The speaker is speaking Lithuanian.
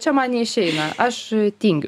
čia man neišeina aš tingiu